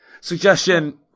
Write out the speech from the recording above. suggestion